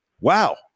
Wow